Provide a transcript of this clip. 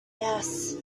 yes